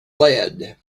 lead